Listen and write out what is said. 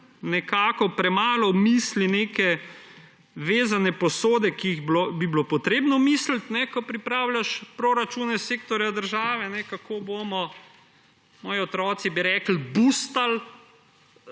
nekako premalo misli neke vezane posode, ki bi jih bilo potrebno misliti, ko pripravljaš proračune sektorja država, kako bomo, moji otroci bi rekli, boostali